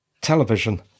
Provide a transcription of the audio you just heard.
television